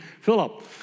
Philip